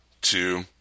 two